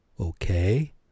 okay